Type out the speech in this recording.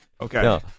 Okay